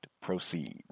Proceed